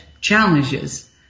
challenges